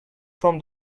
from